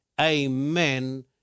Amen